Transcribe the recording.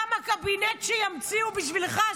גם הקבינט שימציאו בשבילך,